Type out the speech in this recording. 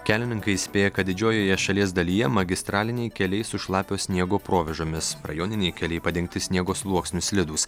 kelininkai įspėja kad didžiojoje šalies dalyje magistraliniai keliai su šlapio sniego provėžomis rajoniniai keliai padengti sniego sluoksniu slidūs